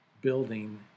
building